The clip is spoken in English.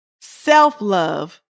self-love